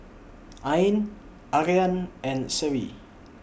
Ain Aryan and Seri